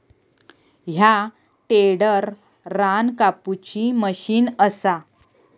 ह्या टेडर रान कापुची मशीन असा